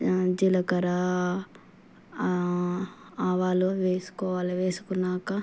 జీలకర్ర ఆవాలు వేసుకోవాలి వేసుకున్నాక